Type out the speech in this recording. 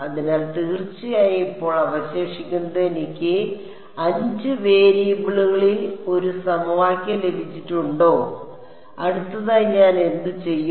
അതിനാൽ തീർച്ചയായും ഇപ്പോൾ അവശേഷിക്കുന്നത് എനിക്ക് 5 വേരിയബിളുകളിൽ ഒരു സമവാക്യം ലഭിച്ചിട്ടുണ്ടോ അടുത്തതായി ഞാൻ എന്തുചെയ്യും